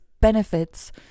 benefits